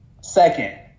Second